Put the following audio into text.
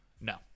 No